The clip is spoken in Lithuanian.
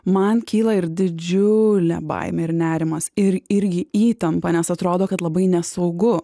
man kyla ir didžiulė baimė ir nerimas ir irgi įtampa nes atrodo kad labai nesaugu